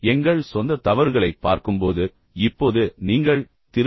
எங்கள் சொந்த தவறுகளைப் பார்க்கும்போது இப்போது நீங்கள் திரு